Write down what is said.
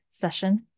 session